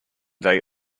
they